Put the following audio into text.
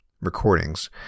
recordings